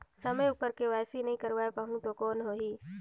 समय उपर के.वाई.सी नइ करवाय पाहुं तो कौन होही?